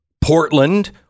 Portland